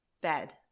bed